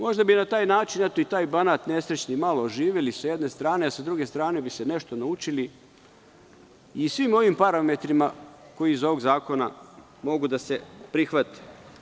Možda bi na taj način i taj Banat, nesrećni, malo oživeli sa jedne strane, a sa druge strane bi nešto naučili i svim ovim parametrima koji iz ovog zakona mogu da se prihvate.